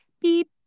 beep